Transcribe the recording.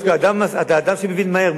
אתה דווקא אדם שמבין מהר.